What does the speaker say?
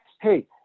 hey